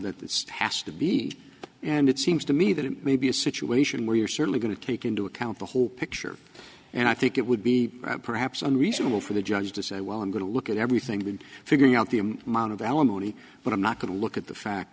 number that has to be and it seems to me that it may be a situation where you're certainly going to take into account the whole picture and i think it would be perhaps a reasonable for the judge to say well i'm going to look at everything with figuring out the amount of alimony but i'm not going to look at the fact